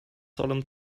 solemn